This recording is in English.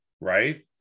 right